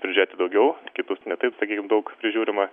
prižiūrėti daugiau kitus ne taip sakykim daug prižiūrima